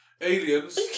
Aliens